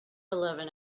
eleven